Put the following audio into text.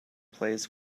plays